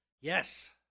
Yes